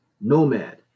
nomad